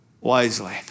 wisely